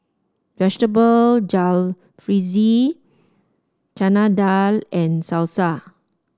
Vegetable Jalfrezi Chana Dal and Salsa